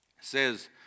says